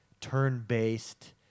turn-based